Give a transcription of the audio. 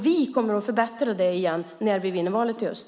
Vi kommer att förbättra deras situation när vi vinner valet i höst.